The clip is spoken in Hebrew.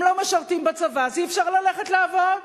אם לא משרתים בצבא, אז אי-אפשר ללכת לעבוד,